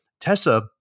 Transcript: Tessa